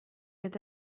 eta